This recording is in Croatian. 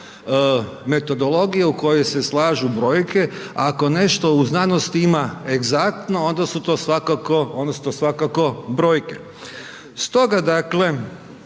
metodologije u kojoj se slažu brojke, ako nešto u znanosti ima egzaktno, onda su to svakako odnosno svakako